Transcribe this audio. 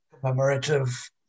commemorative